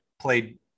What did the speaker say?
played